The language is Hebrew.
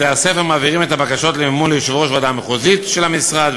בתי-הספר מעבירים את הבקשות למימון ליושב-ראש הוועדה המחוזית של המשרד,